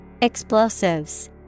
Explosives